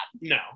no